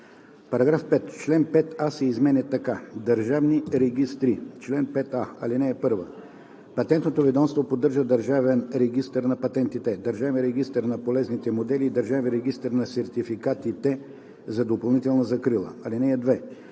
§ 5: „§ 5. Член 5а се изменя така: „Държавни регистри „Чл. 5а. (1) Патентното ведомство поддържа Държавен регистър на патентите, Държавен регистър на полезните модели и Държавен регистър на сертификатите за допълнителна закрила. (2)